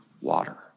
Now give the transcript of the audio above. water